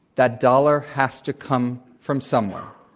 that dollar has to come from somewhere.